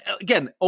again